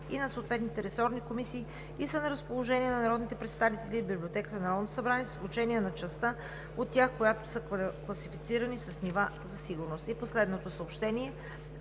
и на съответните ресорни комисии и са на разположение на народните представители в Библиотеката на Народното събрание с изключение на частите от тях, които са класифицирани с нива за сигурност. Последното съобщение: